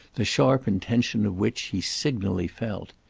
the sharp intention of which he signally felt.